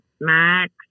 max